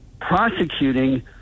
prosecuting